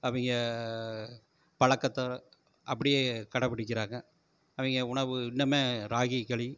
அவங்க பழக்கத்தை அப்படியே கடைபிடிக்கிறாங்க அவங்க உணவு இன்னுமுமே ராகி களி